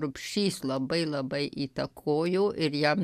rubšys labai labai įtakojo ir jam